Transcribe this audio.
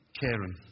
Karen